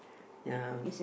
ya